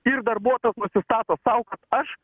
ir darbuotojas pasistato sau kad aš